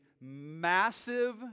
massive